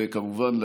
וכמובן,